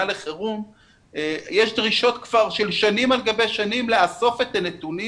לחירום יש דרישות של שנים על גבי שנים לאסוף את הנתונים.